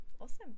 Awesome